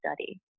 study